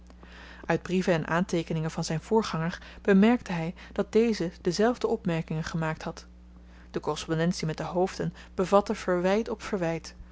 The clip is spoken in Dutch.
uit brieven en aanteekeningen van zyn voorganger bemerkte hy dat deze dezelfde opmerkingen gemaakt had de korrespondentie met de hoofden bevatte verwyt op verwyt